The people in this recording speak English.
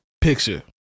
picture